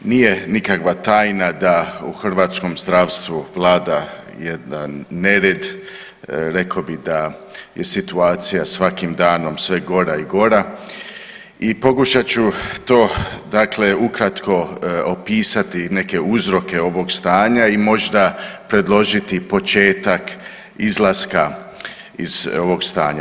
Nije nikakva tajna da u hrvatskom zdravstvu vlada jedan nered, rekao bi da je situacija svakim danom sve gora i gora i pokušat ću to dakle ukratko opisati, neke uzroke ovog stanja i možda predložiti početak izlaska iz ovog stanja.